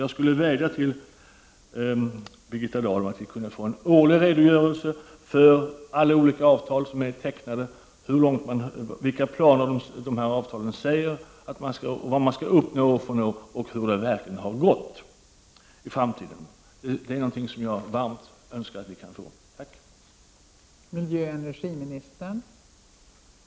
Jag skulle vilja vädja till Birgitta Dahl om att vi kunde få en årlig redogörelse för alla olika avtal som tecknats, vilka planer avtalen innehåller, vilka mål som skall uppnås och hur det verkligen har gått. Det är något som jag varmt önskar att vi kan få. Tack!